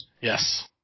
Yes